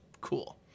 cool